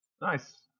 Nice